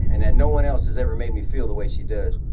and that no one else has ever made me feel the way she does.